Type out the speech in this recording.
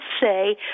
say –